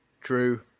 drew